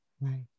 Right